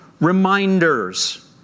reminders